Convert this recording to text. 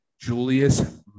Julius